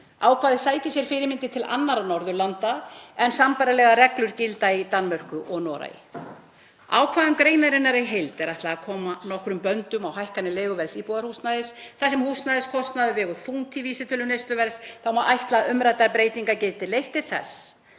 Ákvæðið sækir sér fyrirmyndir til annarra Norðurlanda en sambærilegar reglur gilda í Danmörku og Noregi. Ákvæðum greinarinnar í heild er ætlað að koma nokkrum böndum á hækkanir leiguverðs íbúðarhúsnæðis. Þar sem húsnæðiskostnaður vegur þungt í vísitölu neysluverðs má ætla að umræddar breytingar geti leitt til þess